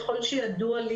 ככל שידוע לי,